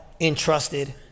entrusted